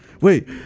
wait—